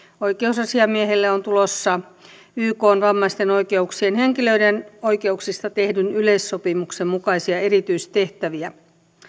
oikeusasiamiehelle on tulossa ykn vammaisten henkilöiden oikeuksista tehdyn yleissopimuksen mukaisia erityistehtäviä